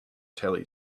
telly